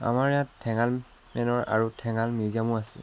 আমাৰ ইয়াত ঠেঙাল মেনৰ আৰু ঠেঙাল মিউজিয়ামো আছে